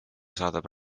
saadab